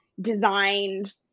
designed